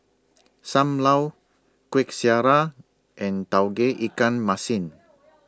SAM Lau Kuih Syara and Tauge Ikan Masin